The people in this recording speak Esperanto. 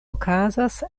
okazas